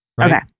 Okay